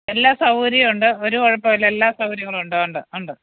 എല്ലാ സൗകര്യവുമുണ്ട് ഒരു കുഴപ്പവുമില്ല എല്ലാ സൗകര്യങ്ങളുമുണ്ട് ഉണ്ട് ഉണ്ട്